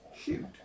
Shoot